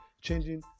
Changing